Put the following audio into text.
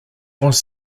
was